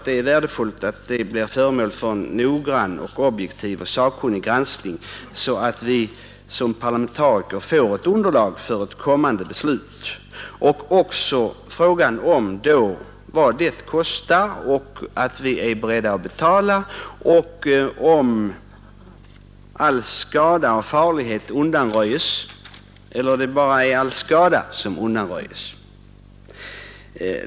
Det är värdefullt att det blir föremål för en noggrann, objektiv och sakkunnig granskning, så att vi som parlamentariker får ett underlag för ett kommande beslut. Vi vill då ha besked om vad detta kostar och om huruvida man är beredd att betala det.